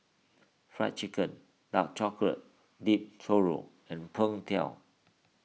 Fried Chicken Dark Chocolate Dipped Churro and Png Tao